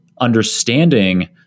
understanding